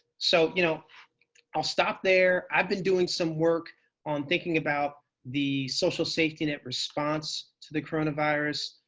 so you know i'll stop there. i've been doing some work on thinking about the social safety net response to the coronavirus.